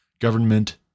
government